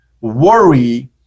worry